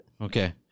Okay